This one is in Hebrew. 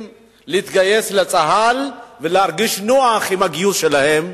להתגייס לצה"ל ולהרגיש נוח עם הגיוס שלהם,